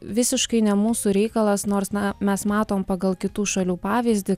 visiškai ne mūsų reikalas nors na mes matom pagal kitų šalių pavyzdį